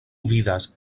vidas